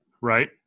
Right